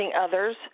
others